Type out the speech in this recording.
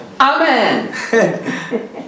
Amen